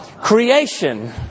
Creation